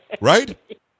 right